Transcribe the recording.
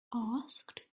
asked